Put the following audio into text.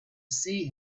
see